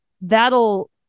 that'll